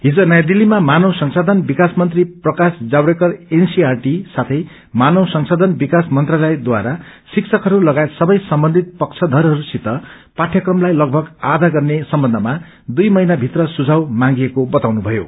हिज नयाँ दिल्लीमा मानव संशाधन विकास मन्त्री प्रकाश जावड्रेकर एनसीईआरटी साथै मानव संशाधन विकास मन्त्रालयद्वारा शिक्षकहरू लगायत सबै सम्बन्धित पक्षधरहरूसित पाठ्यक्रमलाई लगभग आधा गर्ने सम्बन्धमा दुइ महिना भित्र सुझाव मागिएको बताउनुथयो